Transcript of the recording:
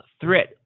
threat